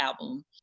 album